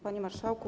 Panie Marszałku!